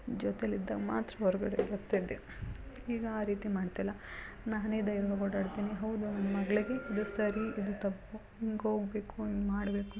ಜೊತೆಲಿ ಇದ್ದಾಗ ಮಾತ್ರ ಹೊರ್ಗಡೆ ಬರ್ತಿದ್ದೆ ಈಗ ಆ ರೀತಿ ಮಾಡ್ತಿಲ್ಲ ನಾನೇ ಧೈರ್ಯವಾಗಿ ಓಡಾಡ್ತೀನಿ ಹೌದು ನನ್ನ ಮಗಳಿಗೆ ಇದು ಸರಿ ಇದು ತಪ್ಪು ಹಿಂಗ್ ಹೋಗ್ಬೇಕು ಹಿಂಗ್ ಮಾಡಬೇಕು